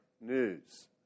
news